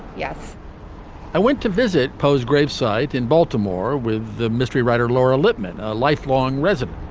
yes i went to visit poe's grave site in baltimore with the mystery writer laura lippman a lifelong resident.